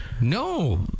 no